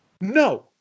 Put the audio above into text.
No